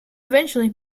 eventually